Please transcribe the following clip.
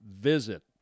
visit